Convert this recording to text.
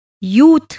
youth